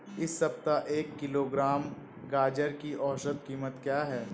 इस सप्ताह एक किलोग्राम गाजर की औसत कीमत क्या है?